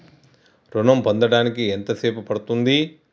ఋణం పొందడానికి ఎంత సేపు పడ్తుంది?